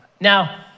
Now